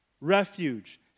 refuge